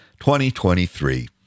2023